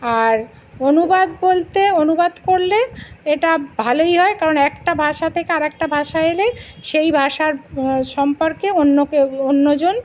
আর অনুবাদ বলতে অনুবাদ করলে এটা ভালোই হয় কারণ একটা ভাষা থেকে আর একটা ভাষায় এলেই সেই ভাষার সম্পর্কে অন্য কেউ অন্যজন